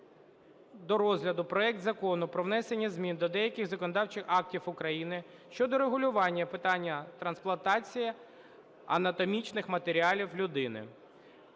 за основу проекту Закону про внесення змін до деяких законодавчих актів України щодо регулювання питання трансплантації анатомічних матеріалів людині